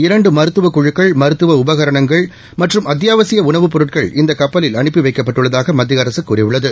இரண்டு மருத்துவக் குழுக்கள் மருத்துவ உபகரணங்கள் மற்றும் அத்தியாவசிய உணவு பொருட்கள் இந்த கப்பலில் அனுப்பி வைக்கப்பட்டுள்ளதாக மத்திய அரசு கூறியுள்ளது